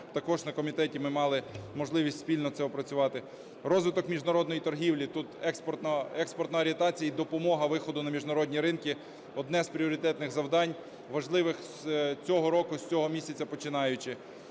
також на комітеті ми мали можливість спільно це опрацювати. Розвиток міжнародної торгівлі (тут експортна орієнтація і допомога виходу на міжнародні ринки) – одне з пріоритетних завдань важливих, з цього року і з цього місяця починаючи.